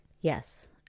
yes